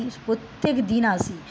প্রত্যেকদিন আসি